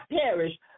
perish